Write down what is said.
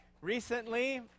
recently